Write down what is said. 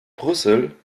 brüssel